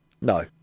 No